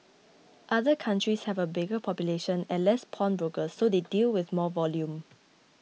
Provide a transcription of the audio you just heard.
other countries have a bigger population and less pawnbrokers so they deal with more volume